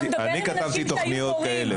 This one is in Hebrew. אתה מדבר עם אנשים שהיו מורים,